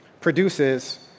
produces